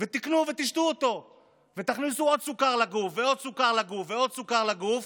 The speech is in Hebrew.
תקנו ותשתו אותו ותכניסו עוד סוכר לגוף ועוד סוכר לגוף ועוד סוכר לגוף,